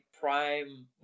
prime